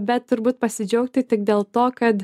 bet turbūt pasidžiaugti tik dėl to kad